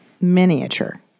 Miniature